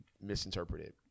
misinterpreted